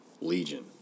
Legion